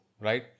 right